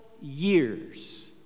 years